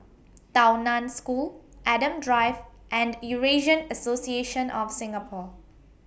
Tao NAN School Adam Drive and Eurasian Association of Singapore